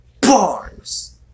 bars